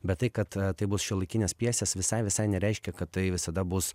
bet tai kad tai bus šiuolaikinės pjesės visai visai nereiškia kad tai visada bus